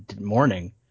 morning